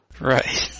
Right